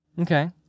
Okay